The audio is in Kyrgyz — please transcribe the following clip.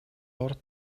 өрт